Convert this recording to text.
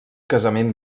casament